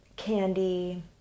Candy